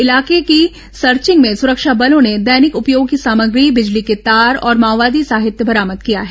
इलाके की सर्विंग में सुरक्षा बलों ने दैनिक उपयोग की सामग्री बिजली के तार और माओवादी साहित्य बरामद किया है